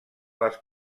les